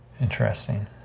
Interesting